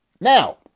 Now